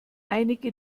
einige